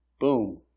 Boom